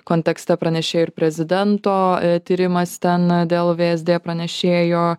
kontekste pranešėjo ir prezidento tyrimas ten dėl vsd pranešėjo